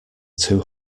two